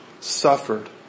suffered